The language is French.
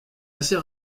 assez